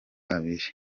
abiri